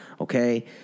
okay